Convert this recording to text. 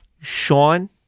Sean